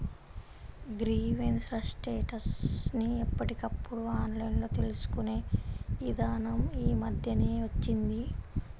grievance ల స్టేటస్ ని ఎప్పటికప్పుడు ఆన్లైన్ తెలుసుకునే ఇదానం యీ మద్దెనే వచ్చింది